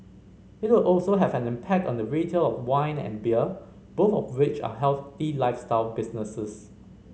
it will also have an impact on the retail of wine and beer both of which are healthy lifestyle businesses